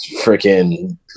freaking